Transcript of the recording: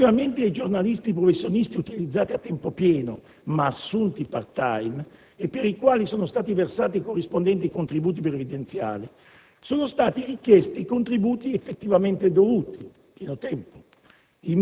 Relativamente ai giornalisti professionisti utilizzati a tempo pieno, ma assunti *part-time* e per i quali sono stati versati i corrispondenti contributi previdenziali, sono stati richiesti i contributi effettivamente dovuti. In merito